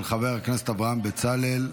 של חבר הכנסת אברהם בצלאל.